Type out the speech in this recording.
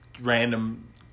random